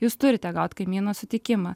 jūs turite gaut kaimyno sutikimą